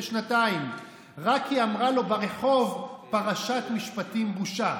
שנתיים רק כי אמרה לו ברחוב: "פרשת משפטים בושה".